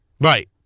Right